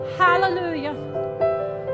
Hallelujah